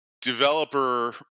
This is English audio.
developer